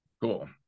Cool